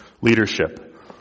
leadership